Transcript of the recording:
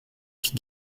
qui